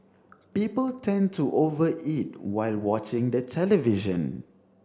people tend to over eat while watching the television